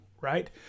Right